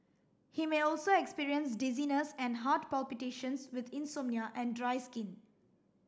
he may also experience dizziness and heart palpitations with insomnia and dry skin